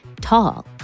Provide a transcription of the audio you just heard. Tall